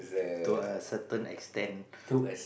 to a certain extent